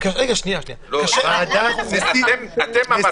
אתם לוקחים פה סיכון בריאותי,